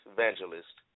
Evangelist